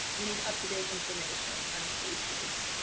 we need up to date information on cases.